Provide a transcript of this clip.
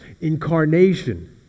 Incarnation